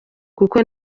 kuko